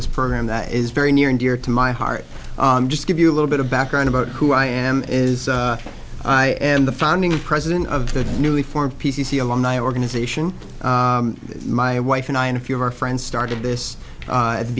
this program that is very near and dear to my heart just give you a little bit of background about who i am is i am the founding president of the newly formed p c c along organization my wife and i and a few of our friends started this at the